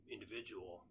Individual